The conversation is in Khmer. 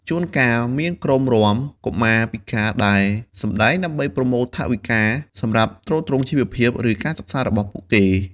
ជួនកាលមានក្រុមរាំកុមារពិការដែលសម្ដែងដើម្បីប្រមូលថវិកាសម្រាប់ទ្រទ្រង់ជីវភាព ឬការសិក្សារបស់ពួកគេ។